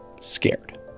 scared